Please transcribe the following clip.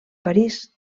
parís